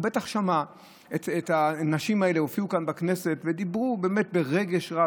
הוא בטח שמע את הנשים הללו שהופיעו כאן בכנסת ודיברו ברגש רב